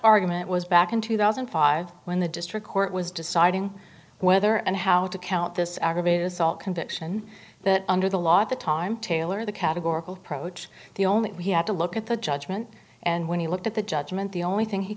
argument was back in two thousand and five when the district court was deciding whether and how to count this aggravated assault conviction that under the law at the time taylor the categorical approach the only way we have to look at the judgement and when he looked at the judgement the only thing he